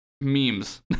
memes